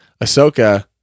Ahsoka